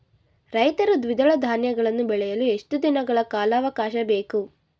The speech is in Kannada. ರೈತರು ದ್ವಿದಳ ಧಾನ್ಯಗಳನ್ನು ಬೆಳೆಯಲು ಎಷ್ಟು ದಿನಗಳ ಕಾಲಾವಾಕಾಶ ಬೇಕು?